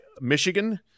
Michigan